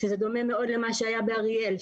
דומה מאוד למה שהיה באריאל.